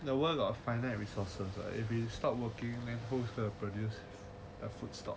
the world of and resources right if you stop working right then who is going to produce err food stock